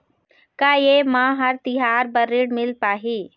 का ये म हर तिहार बर ऋण मिल पाही?